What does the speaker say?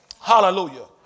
Hallelujah